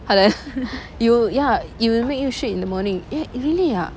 halal you ya it will make you shit in the morning eh really ah